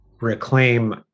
reclaim